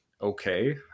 okay